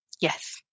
Yes